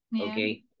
okay